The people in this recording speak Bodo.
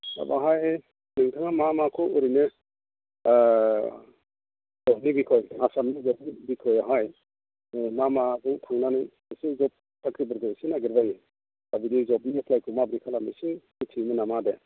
दा बावहाय नोंथाङा मा माखौ ओरैनो जबनि बिसय आसामनि जबनि बिसयावहाय मा मा बिदि जब साख्रिफोरखौ एसे नागिर बायो दा बिदि जबनि बाथ्राखौ मिथिगोन नामा आदा